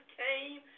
came